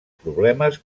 problemes